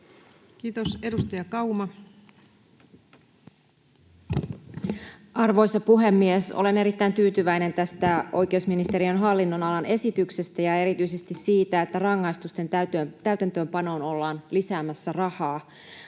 Kiitos. — Edustaja Kauma. Arvoisa puhemies! Olen erittäin tyytyväinen tästä oikeusministeriön hallinnonalan esityksestä ja erityisesti siitä, että rangaistusten täytäntöönpanoon ollaan lisäämässä rahaa.